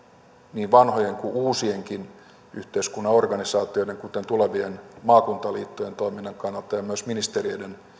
niin vanhojen kuin uusienkin yhteiskunnan organisaatioiden kuten tulevien maakuntaliittojen toiminnan kannalta ja myös ministeriöiden